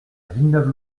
villeneuve